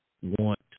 want